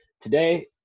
today